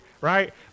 right